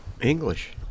English